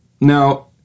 Now